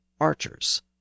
archers